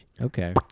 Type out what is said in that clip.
Okay